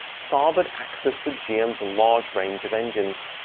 saab had access to gms large range of engines.